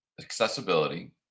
accessibility